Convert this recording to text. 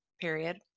period